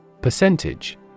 Percentage